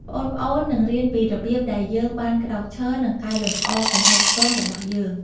ប្អូនៗនឹងរៀនពីរបៀបដែលយើងបានក្រោកឈរ និងកែតម្រូវកំហុសឆ្គងរបស់យើង។